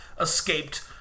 escaped